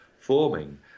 forming